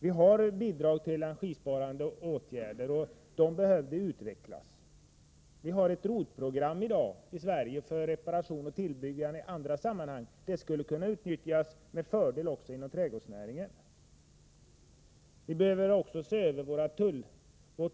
Vi har bidragit till energisparande åtgärder, och det behöver ytterligare utvecklas. Vi har ett ROT-program i Sverige för reparation och utbyggnad i andra sammanhang. Det skulle med fördel kunna utnyttjas också i fråga om trädgårdsnäringen.